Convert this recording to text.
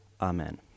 Amen